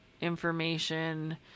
information